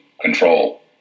control